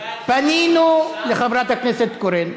פנינו לחברת הכנסת קורן,